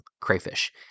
crayfish